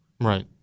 Right